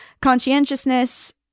conscientiousness